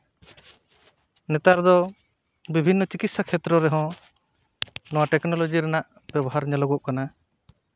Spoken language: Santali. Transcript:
ᱱᱮᱛᱟᱨ ᱫᱚ ᱵᱤᱵᱷᱤᱱᱱᱚ ᱪᱤᱠᱤᱥᱥᱟ ᱠᱷᱮᱛᱨᱚ ᱨᱮᱦᱚᱸ ᱱᱚᱣᱟ ᱴᱮᱠᱱᱳᱞᱚᱡᱤ ᱨᱮᱱᱟᱜ ᱵᱮᱵᱚᱦᱟᱨ ᱧᱮᱞᱚᱜᱚᱜ ᱠᱟᱱᱟ